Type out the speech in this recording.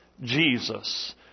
Jesus